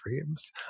dreams